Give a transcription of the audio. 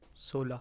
سولا